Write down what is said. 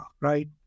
right